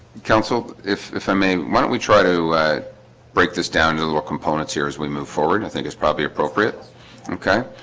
counsel if if i may why don't we try to break this down into little components here as we move forward. i and think it's probably appropriate okay